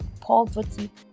poverty